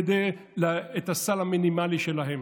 כדי לקבל את הסל המינימלי שלהן.